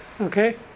Okay